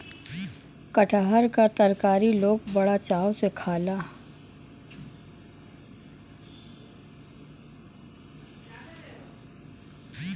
कटहर क तरकारी लोग बड़ी चाव से खाला